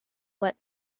what